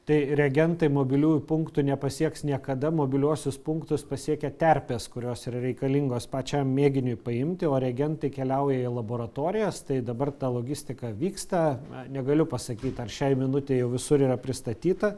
tai reagentai mobiliųjų punktų nepasieks niekada mobiliuosius punktus pasiekia terpės kurios yra reikalingos pačiam mėginiui paimti o reagentai keliauja į laboratorijas tai dabar ta logistika vyksta negaliu pasakyt ar šiai minutei jau visur yra pristatyta